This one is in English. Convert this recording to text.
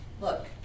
Look